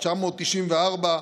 994,